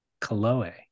Kaloe